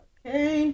Okay